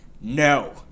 No